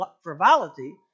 frivolity